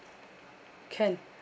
can